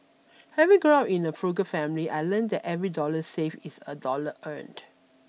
having grown up in a frugal family I learnt that every dollar saved is a dollar earned